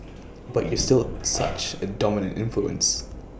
but you're still such A dominant influence